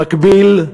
במקביל,